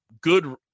good